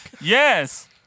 Yes